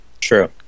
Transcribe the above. True